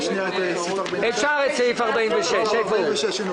ננעלה בשעה 13:05.